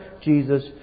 Jesus